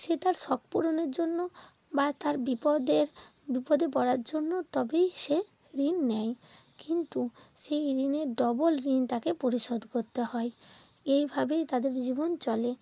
সে তার শখ পূরণের জন্য বা তার বিপদের বিপদে পড়ার জন্য তবেই সে ঋণ নেয় কিন্তু সেই ঋণের ডবল ঋণ তাকে পরিশোধ করতে হয় এইভাবেই তাদের জীবন চলে